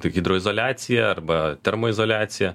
hidroizoliaciją arba termoizoliaciją